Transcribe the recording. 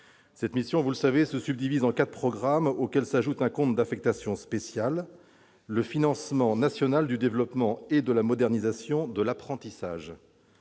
cette mission : elle se subdivise en quatre programmes et un compte d'affectation spéciale « Financement national du développement et de la modernisation de l'apprentissage